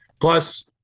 plus